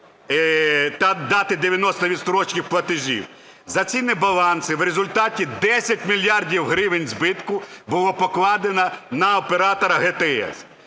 та дати 90 відстрочки платежів, за ці небаланси в результаті 10 мільярдів гривень збитку було покладено на оператора ГТС,